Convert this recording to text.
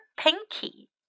Pinky